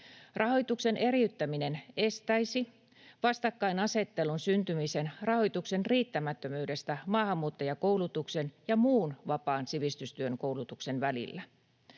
Rahoituksen eriyttäminen estäisi vastakkainasettelun syntymisen rahoituksen riittämättömyydestä maahanmuuttajakoulutuksen ja muun vapaan sivistystyön koulutuksen välillä.